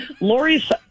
Lori's